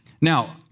Now